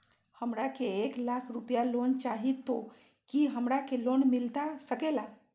हमरा के एक लाख रुपए लोन चाही तो की हमरा के लोन मिलता सकेला?